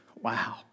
Wow